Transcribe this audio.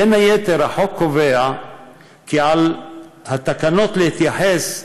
בין היתר, החוק קובע כי על התקנות להתייחס,